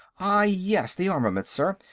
ah yes the armament, sir.